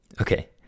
Okay